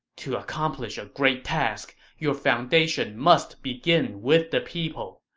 to accomplish a great task, your foundation must begin with the people.